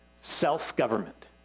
Self-government